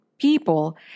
people